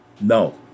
No